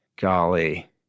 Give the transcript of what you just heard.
golly